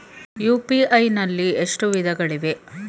UPI ನಲ್ಲಿ ಎಷ್ಟು ವಿಧಗಳಿವೆ?